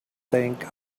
think